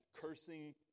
cursing